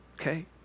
okay